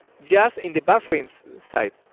just in the buffering side.